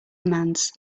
commands